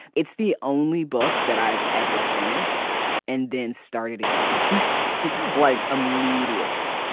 it's the only book that i've ever finished and then started again like immediately.